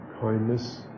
kindness